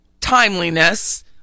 timeliness